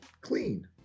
Clean